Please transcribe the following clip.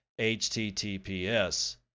HTTPS